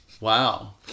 Wow